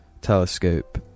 telescope